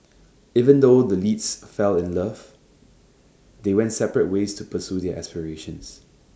even though the leads fell in love they went separate ways to pursue their aspirations